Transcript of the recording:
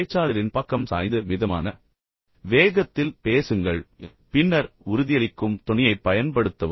பேச்சாளரின் பக்கம் சாய்ந்து மிதமான வேகத்தில் பேசுங்கள் பின்னர் உறுதியளிக்கும் தொனியைப் பயன்படுத்தவும்